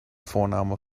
vorname